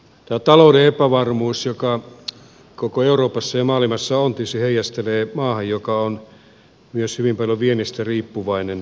tämä talouden epävarmuus joka koko euroopassa ja maailmassa on tietysti heijastelee maahan joka on hyvin paljon viennistä riippuvainen